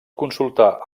consultar